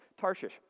Tarshish